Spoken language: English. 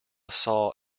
saw